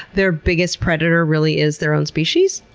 their biggest predator really is their own species?